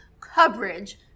coverage